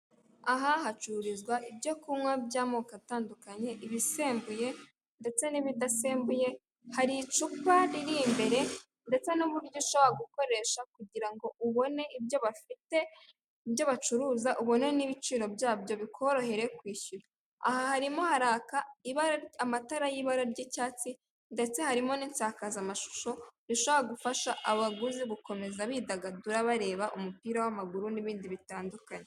Aha hacururizwa ibyo kunywa by'amoko atandukanye, ibisembuye ndetse n'ibidasembuye hari icupa riri imbere ndetse n'uburyo ushobora gukoresha kugira ubone ibyo bafite ibyo bacuruza ubone n'ibiciro byabyo bikorohere kwishyura, aha harimo haraka ibara amatara y'ibara ry'icyatsi ndetse harimo n'insakazamashusho, bishobora gufasha abaguzi gukomeza bidagadura bareba umupira w'amaguru n'ibindi bitandukanye.